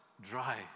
dry